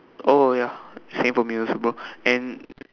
oh ya same for me also bro and